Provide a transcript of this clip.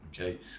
okay